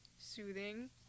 soothing